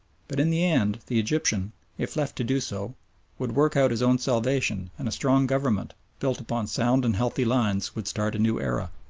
but in the end the egyptian if left to do so would work out his own salvation and a strong government, built upon sound and healthy lines, would start a new era.